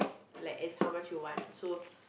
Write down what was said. like as how much you want so